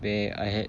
there I had